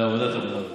לוועדת העבודה והרווחה.